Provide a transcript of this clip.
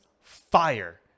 fire